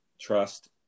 trust